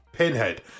Pinhead